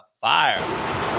fire